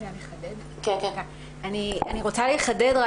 אני רוצה לחדד.